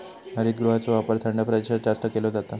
हरितगृहाचो वापर थंड प्रदेशात जास्त केलो जाता